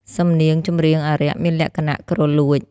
សំនៀងចម្រៀងអារក្ស មានលក្ខណៈគ្រលួច។